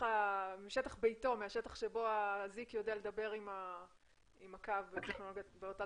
משטח ביתו, השטח בו האזיק יודע לדבר עם הקו, אתם